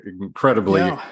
incredibly